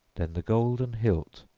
then the golden hilt,